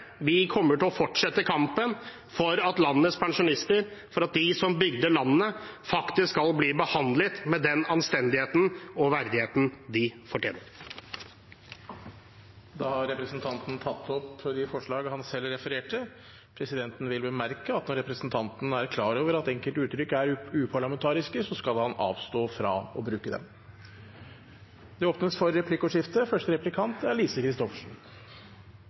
Vi kommer til å fortsette kampen for at landets pensjonister, de som bygde landet, faktisk skal bli behandlet med den anstendigheten og verdigheten de fortjener. Representanten Erlend Wiborg har tatt opp de forslagene han refererte til. Presidenten vil bemerke at når representanten er klar over at enkelte uttrykk er uparlamentariske, skal han avstå fra å bruke dem. Det blir replikkordskifte.